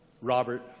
Robert